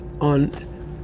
on